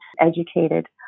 educated